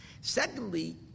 Secondly